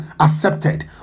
accepted